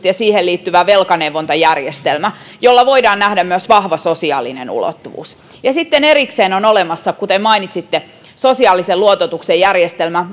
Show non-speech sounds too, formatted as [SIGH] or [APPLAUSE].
[UNINTELLIGIBLE] ja niihin liittyvä velkaneuvontajärjestelmä jolla voidaan nähdä myös vahva sosiaalinen ulottuvuus ja sitten erikseen on olemassa kuten mainitsitte sosiaalisen luototuksen järjestelmä [UNINTELLIGIBLE]